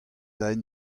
aen